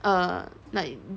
err like